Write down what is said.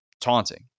taunting